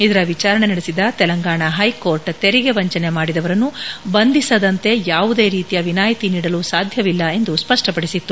ಇದರ ವಿಚಾರಣೆ ನಡೆಸಿದ ತೆಲಂಗಾಣ ಹೈಕೋರ್ಟ್ ತೆರಿಗೆ ವಂಚನೆ ಮಾಡಿದವರನ್ನು ಬಂಧಿಸದಂತೆ ಯಾವುದೇ ರೀತಿಯ ವಿನಾಯಿತಿ ನೀಡಲು ಸಾಧ್ಯವಿಲ್ಲ ಎಂದು ಸ್ವಷ್ಟಪಡಿಸಿತ್ತು